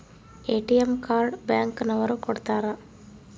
ATM card bank ನವರು ಕೊಡ್ತಾರ